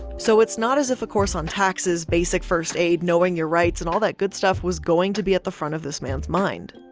so it's not as if a course on taxes, basic first aid, knowing your rights and all that good stuff was going to be at the front of this man's mind,